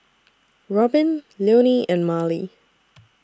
Robbin Leone and Marley